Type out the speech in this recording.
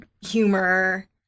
humor